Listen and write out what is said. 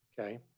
Okay